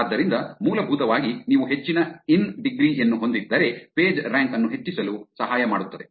ಆದ್ದರಿಂದ ಮೂಲಭೂತವಾಗಿ ನೀವು ಹೆಚ್ಚಿನ ಇನ್ ಡಿಗ್ರಿ ಯನ್ನು ಹೊಂದಿದ್ದರೆ ಪೇಜ್ರ್ಯಾಂಕ್ ಅನ್ನು ಹೆಚ್ಚಿಸಲು ಸಹಾಯ ಮಾಡುತ್ತದೆ